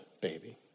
baby